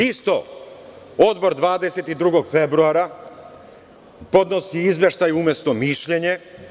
Isto Odbor 22. februara podnosi Izveštaj umesto mišljenja.